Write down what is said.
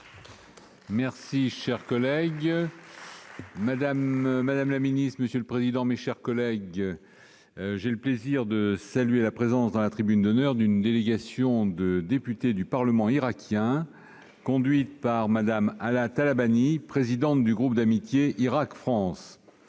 sur le terrain ! Madame la ministre, mes chers collègues, j'ai le plaisir de saluer la présence dans la tribune d'honneur d'une délégation de députés du Parlement irakien, conduite par Mme Ala Talabani, présidente du groupe d'amitié Irak-France.